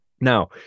now